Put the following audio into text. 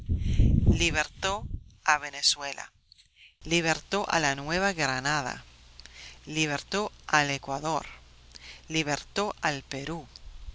libertó a venezuela libertó a la nueva granada libertó al ecuador libertó al perú